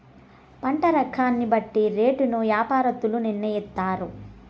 పంట రకాన్ని బట్టి రేటును యాపారత్తులు నిర్ణయిత్తారు